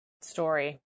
story